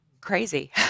crazy